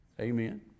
Amen